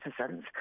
citizens